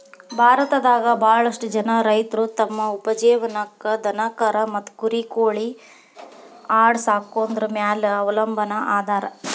ಭಾರತದಾಗ ಬಾಳಷ್ಟು ಜನ ರೈತರು ತಮ್ಮ ಉಪಜೇವನಕ್ಕ ದನಕರಾ ಮತ್ತ ಕುರಿ ಕೋಳಿ ಆಡ ಸಾಕೊದ್ರ ಮ್ಯಾಲೆ ಅವಲಂಬನಾ ಅದಾರ